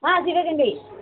Sivaganga